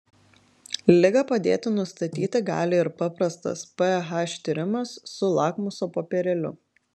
ligą padėti nustatyti gali ir paprastas ph tyrimas su lakmuso popierėliu